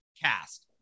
cast